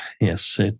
Yes